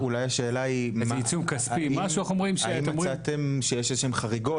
אולי השאלה האם מצאתם שיש איזה שהן חריגות